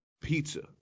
pizza